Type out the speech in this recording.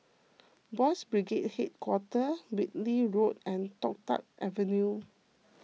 Boys' Brigade Hit Quarter Whitley Road and Toh Tuck Avenue